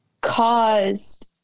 caused